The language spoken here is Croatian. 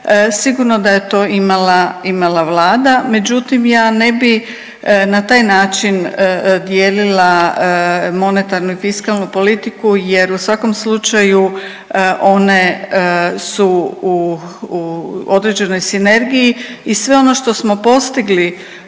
sigurno da je to imala Vlada, međutim ja ne bi na taj način dijelila monetarnu i fiskalnu politiku jer u svakom slučaju one su u određenoj sinergiji i sve ono što smo postigli